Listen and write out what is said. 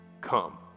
come